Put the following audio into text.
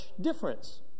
difference